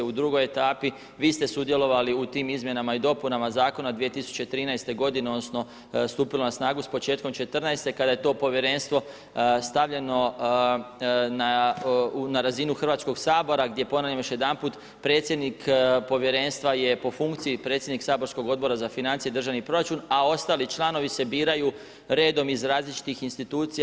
U drugoj etapi vi ste sudjelovali u tim izmjenama i dopunama Zakona od 2013. godine odnosno stupilo na snagu s početkom 2014. kada je to Povjerenstvo stavljeno na razinu Hrvatskog sabora gdje, ponavljam još jedanput, predsjednik Povjerenstva je po funkciji predsjednik saborskog Odbora za financije, državni proračun, a ostali članovi se biraju redom iz različitih institucija.